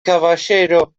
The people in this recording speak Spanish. caballero